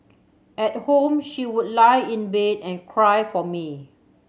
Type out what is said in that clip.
at home she would lie in bed and cry for me